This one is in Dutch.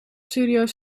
serieus